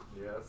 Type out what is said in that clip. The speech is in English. Yes